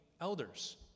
elders